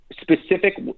specific